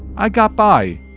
i got by,